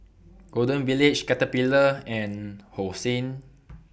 Golden Village Caterpillar and Hosen